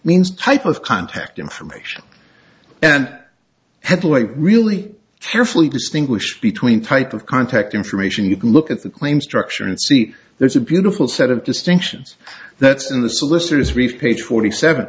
means type of contact information and heavily really carefully distinguish between type of contact information you can look at the claim structure and see there's a beautiful set of distinctions that's in the solicitor's brief page forty seven